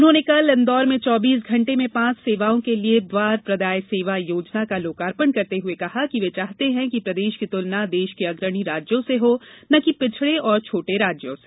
उन्होंने कल इंदौर में चौबीस घण्टे में पांच सेवाओं के लिए द्वार प्रदाय सेवा योजना का लोकार्पण करते हुए कहा कि वे चाहते हैं कि प्रदेश की तुलना देश के अग्रणी राज्यों से हो न कि पिछड़े और छोटे राज्यों से